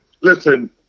Listen